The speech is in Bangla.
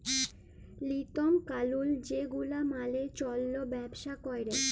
লিওম কালুল যে গুলা মালে চল্যে ব্যবসা ক্যরে